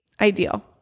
ideal